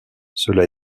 cela